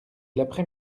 l’après